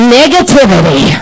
negativity